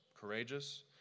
courageous